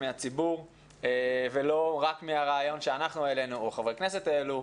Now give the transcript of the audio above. מהציבור ולא רק מרעיון שאנחנו העלינו או חברי כנסת העלו.